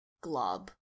glob